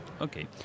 okay